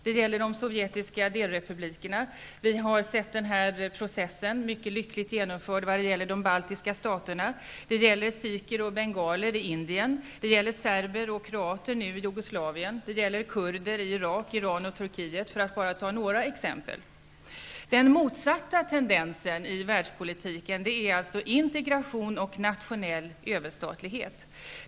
Det gäller de sovjetiska delrepublikerna -- vi har sett den här processen mycket lyckligt genomförd i fråga om de baltiska staterna --, det gäller sikher och bengaler i Indien, det gäller serber och kroater i Jugoslavien, det gäller kurder i Irak, Iran och Turkiet, för att bara ta några exempel. Den motsatta tendensen i världspolitiken är alltså integration och nationell överstatlighet.